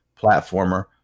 platformer